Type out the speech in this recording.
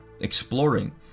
exploring